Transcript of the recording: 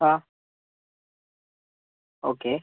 ആ ഓക്കെ